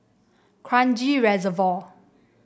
Kranji Reservoir